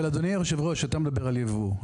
אדוני היושב-ראש, אתה מדבר על ייבוא.